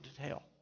detail